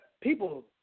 people